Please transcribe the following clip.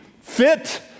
Fit